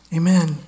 amen